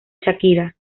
shakira